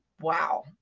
wow